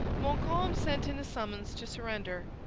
montcalm sent in a summons to surrender.